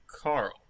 Carl